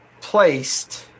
placed